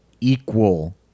equal